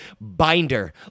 Binder